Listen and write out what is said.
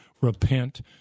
repent